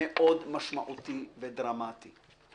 מאוד משמעותי ודרמטי.